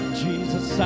jesus